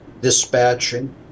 dispatching